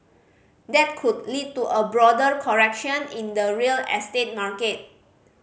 that could lead to a broader correction in the real estate market